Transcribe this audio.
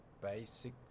basic